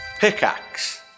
pickaxe